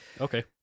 Okay